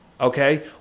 Okay